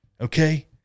Okay